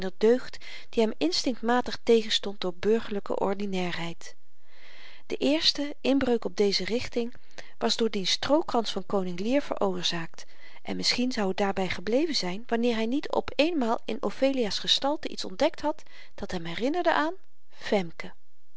deugd die hem instinktmatig tegenstond door burgerlyke ordinairheid de eerste inbreuk op deze richting was door dien strookrans van koning lear veroorzaakt en misschien zou t daarby gebleven zyn wanneer hy niet op een maal in ophelia's gestalte iets ontdekt had dat hem herinnerde aan femke